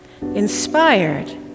inspired